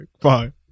fine